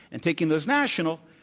and taking those national,